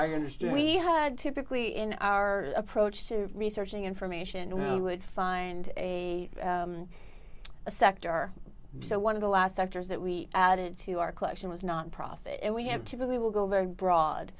do we had typically in our approach to researching information we would find a sector so one of the last sectors that we added to our collection was not profit and we have typically will go very broad